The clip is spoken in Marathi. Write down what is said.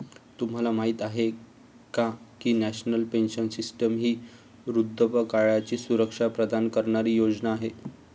तुम्हाला माहिती आहे का की नॅशनल पेन्शन सिस्टीम ही वृद्धापकाळाची सुरक्षा प्रदान करणारी योजना आहे